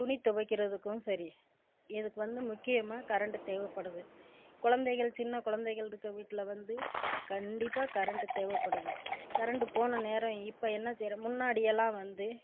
துணி துவைக்கிறதுக்கும் சரி இதுக்கு வந்து முக்கியமாக கரண்ட் தேவைப்படுது குழந்தைகள் சின்ன குழந்தைகள் இருக்கிற வீட்டில வந்து கண்டிப்பாக கரண்ட் தேவைப்படுது கரண்ட் போன நேரம் இப்போ என்ன செய்றோம் முன்னாடி எல்லாம் வந்து